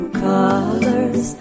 Colors